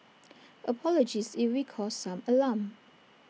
apologies if we caused some alarm